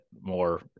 more